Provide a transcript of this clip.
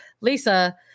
lisa